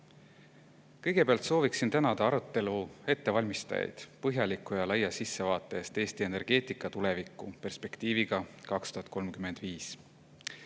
Kõigepealt sooviksin tänada arutelu ettevalmistajaid põhjaliku ja laia sissevaate eest Eesti energeetika tulevikku perspektiiviga 2035.